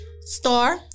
Star